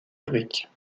brique